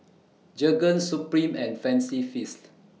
Jergens Supreme and Fancy Feast